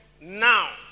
now